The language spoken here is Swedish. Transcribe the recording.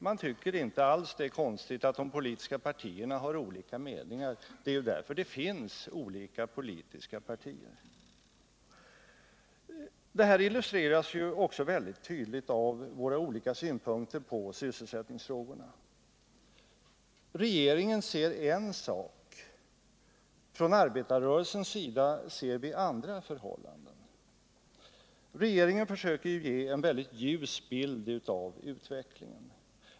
Man tycker inte alls det är konstigt att de politiska partierna har olika meningar. Det är ju därför det finns olika partier. Detta illustreras också tydligt av våra olika synpunkter på sysselsättningsfrågorna. Regeringen ser en sak. Från arbetarrörelsens sida ser vi andra förhållanden. Regeringen försöker ge en väldigt ljus bild av utvecklingen.